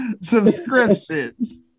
subscriptions